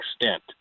extent